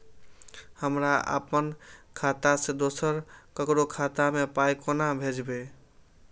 हमरा आपन खाता से दोसर ककरो खाता मे पाय कोना भेजबै?